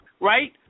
right